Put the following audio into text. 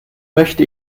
möchte